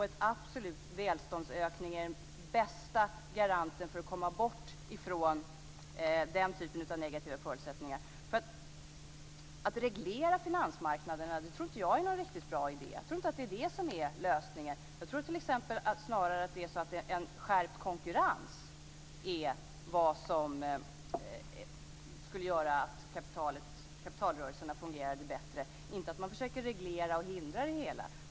En absolut välståndsökning är den bästa garanten för att komma bort från den typen av negativa förutsättningar. Att reglera finansmarknaderna tror jag inte är någon riktigt bra idé. Jag tror inte att det är det som är lösningen. Jag tror snarare att en skärpt konkurrens skulle göra att kapitalrörelserna fungerade bättre, inte att man försöker hindra och reglera det hela.